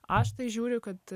aš tai žiūriu kad